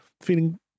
feeling